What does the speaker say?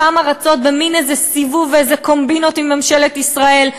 אותן ארצות במין איזה סיבוב ואיזה קומבינות עם ממשלת ישראל,